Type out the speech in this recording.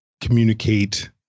communicate